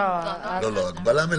עוד לא אמרנו את נתוני התחלואה,